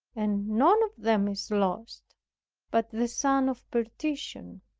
and none of them is lost but the son of perdition,